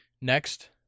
Next